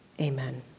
amen